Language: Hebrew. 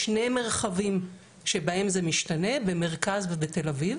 יש שני מרחבים בהם זה משתנה, במרכז ובתל אביב,